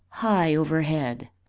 high overhead.